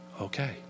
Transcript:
okay